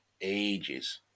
ages